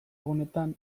egunetan